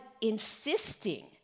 insisting